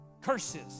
curses